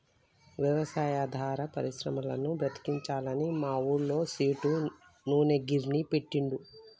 వ్యవసాయాధార పరిశ్రమలను బతికించాలని మా ఊళ్ళ సేటు నూనె గిర్నీ పెట్టిండు